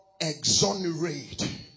exonerate